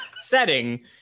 setting